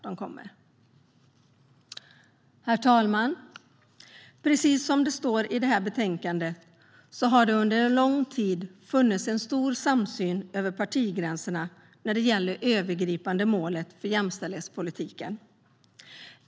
Herr talman! Precis som det står i betänkandet har det under lång tid funnits stor samsyn över partigränserna när det gäller det övergripande målet för jämställdhetspolitiken.